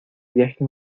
viaje